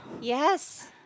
Yes